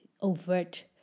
overt